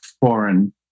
foreign